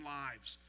lives